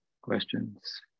Questions